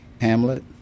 Hamlet